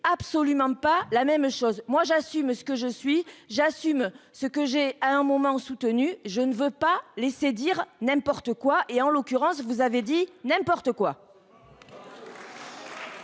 absolument pas la même chose, moi j'assume ce que je suis, j'assume ce que j'ai à un moment soutenu, je ne veux pas laisser dire n'importe quoi et en l'occurrence, vous avez dit n'importe quoi.